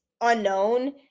unknown